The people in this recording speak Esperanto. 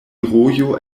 rojo